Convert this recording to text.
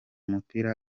umupira